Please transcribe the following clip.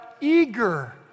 eager